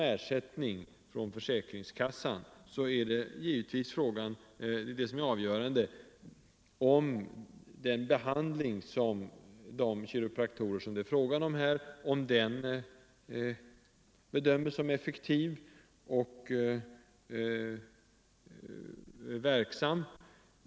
Ersättningen från försäkringskassan sammanhänger med frågan om huruvida den kiropraktiska behandlingen bedöms som effektiv och verksam.